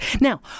Now